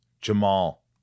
Jamal